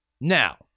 Now